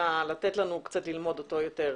אלא לתת לנו קצת ללמוד אותו יותר.